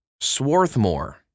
Swarthmore